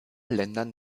ländern